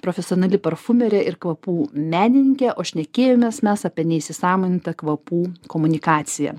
profesionali parfumerė ir kvapų menininkė o šnekėjomės mes apie neįsisąmonintą kvapų komunikaciją